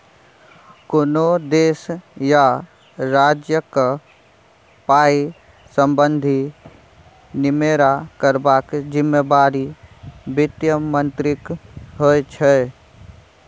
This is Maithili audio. कोनो देश या राज्यक पाइ संबंधी निमेरा करबाक जिम्मेबारी बित्त मंत्रीक होइ छै